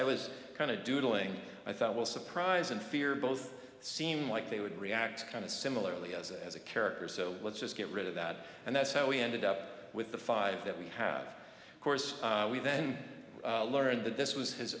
i was kind of doodling i thought well surprise and fear both seem like they would react kind of similarly as as a character so let's just get rid of that and that's how we ended up with the five that we have course we then learned that this was his